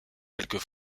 quelques